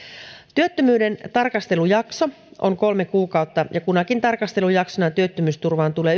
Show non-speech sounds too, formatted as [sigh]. työttömyyden tarkastelujakso on kolme kuukautta ja kunakin tarkastelujaksona työttömyysturvaan tulee [unintelligible]